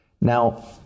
Now